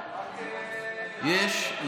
יש,